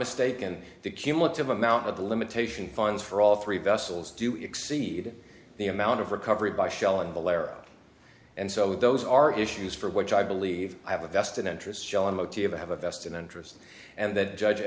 mistaken the cumulative amount of the limitation fines for all three vessels do exceed the amount of recovery by shelling valera and so those are issues for which i believe i have a vested interest i have a vested interest and that judge